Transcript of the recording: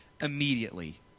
immediately